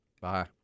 Bye